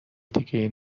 دیگهای